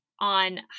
on